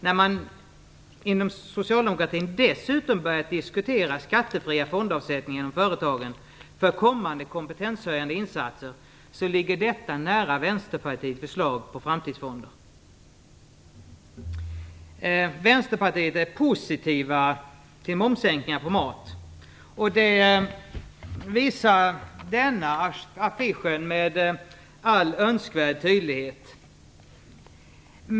När man inom socialdemokratin dessutom börjat att diskutera skattefria fondavsättningar inom företagen för kommande kompetenshöjande insatser, ligger detta nära Vänsterpartiets förslag om framtidsfonder. Vänsterpartiet är positivt till momssänkningar på mat. Det visar den här affischen med all önskvärd tydlighet.